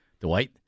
Dwight